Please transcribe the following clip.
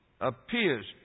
Appears